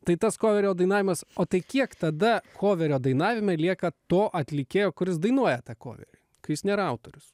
tai tas koverio dainavimas o tai kiek tada koverio dainavime lieka to atlikėjo kuris dainuoja tą koverį kai jis nėra autorius